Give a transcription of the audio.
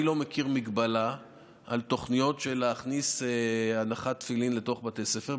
אני לא מכיר הגבלה על תוכניות של להכניס הנחת תפילין לתוך בתי ספר.